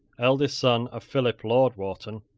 eldest son of philip lord wharton,